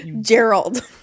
Gerald